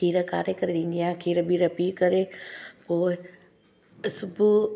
खीरु काड़े करे ॾींदी आहियां खीरु ॿीर पी करे उहो ई इस पोइ